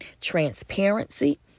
transparency